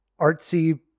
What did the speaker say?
artsy